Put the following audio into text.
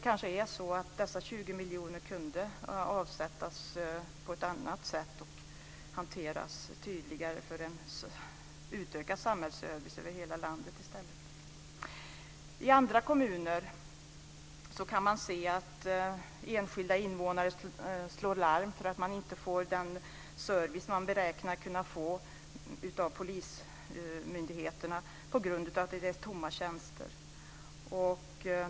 Kanske är det så att dessa 20 miljoner kunde ha avsatts på ett annat sätt och tydligare hanterats för en utökad samhällsservice över hela landet. I andra kommuner kan man se att enskilda invånare slår larm om man inte får den service man beräknar att kunna få av polismyndigheterna på grund av tomma tjänster.